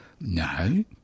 No